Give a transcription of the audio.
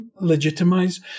legitimize